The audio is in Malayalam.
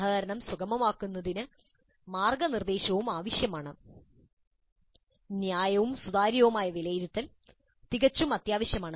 സഹകരണം സുഗമമാക്കുന്നതിന് മാർഗനിർദ്ദേശവും ആവശ്യമാണ് ന്യായവും സുതാര്യവുമായ വിലയിരുത്തൽ തികച്ചും അത്യാവശ്യമാണ്